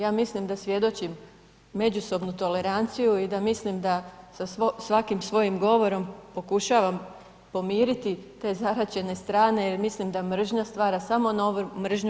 Ja mislim da svjedočim međusobnu toleranciju i da mislim da sa svakim svojim govorom pokušavam pomiriti te zaraćene strane jer mislim da mržnja stvara samo novu mržnju.